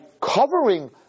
covering